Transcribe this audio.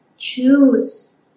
choose